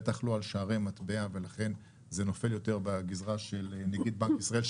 בטח לא על שערי מטבע ולכן זה נופל יותר בגזרה של נגיד בנק ישראל,